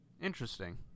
interesting